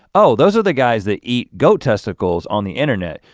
oh those are the guys that eat goat testicles on the internet,